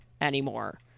anymore